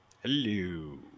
Hello